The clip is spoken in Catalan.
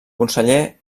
conseller